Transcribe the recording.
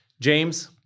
James